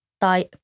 tai